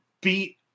beat